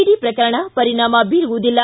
D ಪ್ರಕರಣ ಪರಿಣಾಮ ಬೀರುವುದಿಲ್ಲ